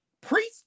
Priest